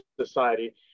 society